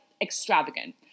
extravagant